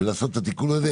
ולעשות את התיקון הזה.